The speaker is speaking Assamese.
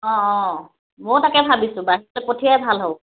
অঁ অঁ ময়ো তাকে ভাবিছোঁ বাহিৰতে পঠিওৱাই ভাল হ'ব